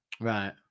right